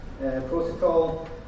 protocol